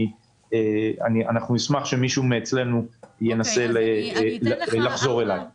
אנחנו נשמח שמישהו מאתנו ינסה לחזור אליך עם תשובות.